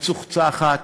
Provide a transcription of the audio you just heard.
מצוחצחת,